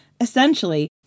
Essentially